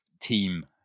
team